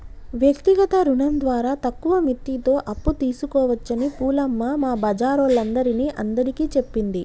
వ్యక్తిగత రుణం ద్వారా తక్కువ మిత్తితో అప్పు తీసుకోవచ్చని పూలమ్మ మా బజారోల్లందరిని అందరికీ చెప్పింది